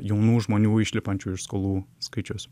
jaunų žmonių išlipančių iš skolų skaičius